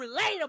relatable